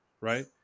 right